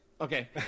okay